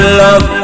love